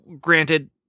granted